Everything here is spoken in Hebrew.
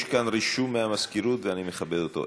יש כאן רישום מהמזכירות, ואני מכבד אותו.